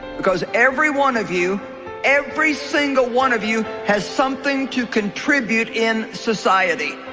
because every one of you every single one of you has something to contribute in society